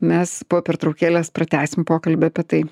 mes po pertraukėlės pratęsim pokalbį apie tai